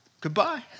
Goodbye